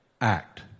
act